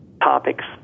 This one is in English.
topics